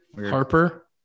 Harper